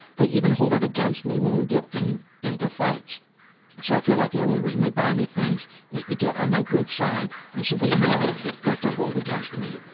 they even hold it against me when we get and into fights so i feel like the only reason they buy me things is to get on my good side and so that they know what to hold against me.